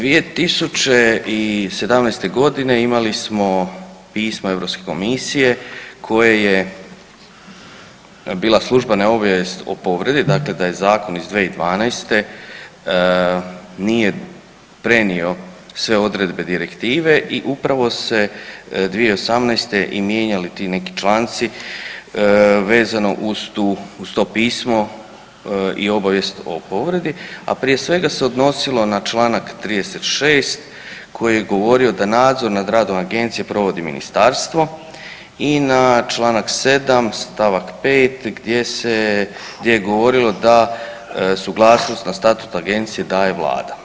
2017.g. imali smo pismo Europske komisije koje je bila službena obavijest o povredi, dakle da zakon iz 2012. nije prenio sve odredbe direktive i upravo su se 2018. i mijenjali ti neki članci vezano uz to pismo i obavijest o povredi, a prije svega se odnosilo na čl. 36. koji je govorio da nadzor nad radom agencije provodi ministarstvo i na čl. 7. st. 5. gdje je govorilo da suglasnost na statut agencije daje vlada.